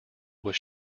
was